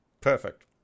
Perfect